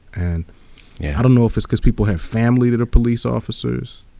and i don't know if it's because people have family that are police officers?